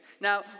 Now